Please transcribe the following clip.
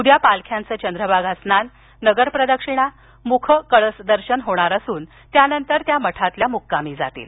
उद्या पालख्यांचे चंद्रभागा स्नान नगर प्रदक्षिणा मुख कळस दर्शन होणार असून त्यानंतर त्या मठात मुक्कामी जातील